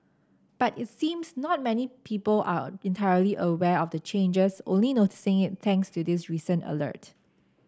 but it seems not many people are a entirely aware of the changes only noticing it thanks to this recent alert